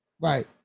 Right